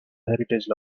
heritage